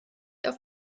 auf